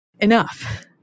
Enough